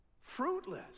Fruitless